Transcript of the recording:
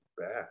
bad